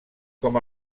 com